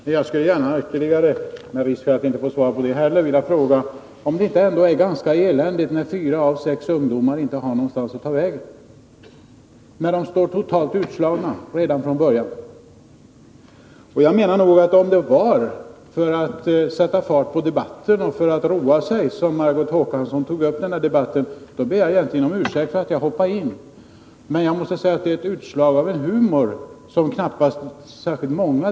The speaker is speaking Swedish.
Men jag skulle gärna vilja ställa ytterligare en fråga, med risk för att inte heller få svar på den: Är det ändå inte ganska eländigt när fyra av sex ungdomar inte har någonstans att ta vägen, när de står utslagna redan från början? Om det var för att sätta fart på debatten och för att roa sig som Margot Håkansson tog upp denna debatt, ber jag om ursäkt för att jag hoppade in i den. Det är ett utslag av en humor som knappast uppskattas av särskilt många.